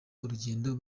urugendo